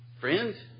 friend